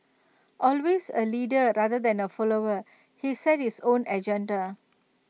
all the ways A leader rather than A follower he set his own agenda